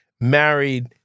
married